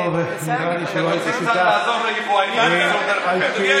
אתם רוצים קצת לעזור ליבואנים, תבחרו דרך אחרת.